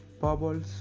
bubbles